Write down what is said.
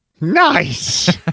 Nice